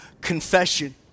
confession